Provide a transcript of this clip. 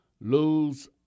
lose